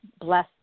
bless